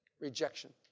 Rejection